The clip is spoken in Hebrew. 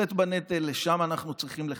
לשאת בנטל, לשם אנחנו צריכים לחנך,